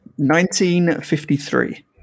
1953